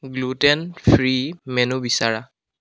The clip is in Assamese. গ্লুটেন ফ্ৰী মেনু বিচাৰা